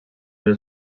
els